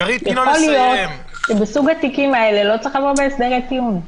יכול להיות שבסוג התיקים האלה לא צריך לבוא בהסדרי טיעון.